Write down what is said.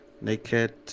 naked